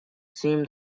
seemed